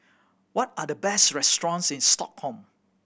what are the best restaurants in Stockholm